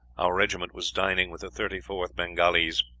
our regiment was dining with the thirty fourth bengalees.